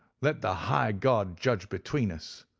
let the high god judge between us.